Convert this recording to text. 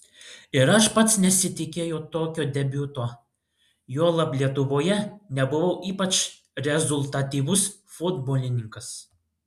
ir aš pats nesitikėjau tokio debiuto juolab lietuvoje nebuvau ypač rezultatyvus futbolininkas